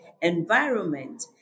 environment